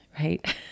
right